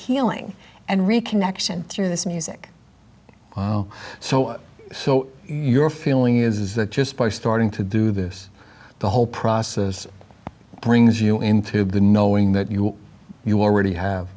healing and reconnection through this music oh so so your feeling is that just by starting to do this the whole process brings you into the knowing that you you already have